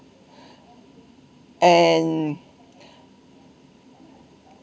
and